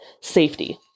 safety